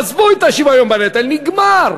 עזבו את השוויון בנטל, נגמר.